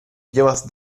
llevas